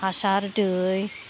हासार दै